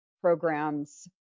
programs